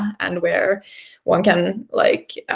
and where one can, like,